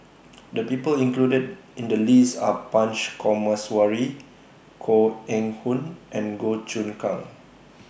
The People included in The list Are Punch Coomaraswamy Koh Eng Hoon and Goh Choon Kang